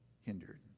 hindered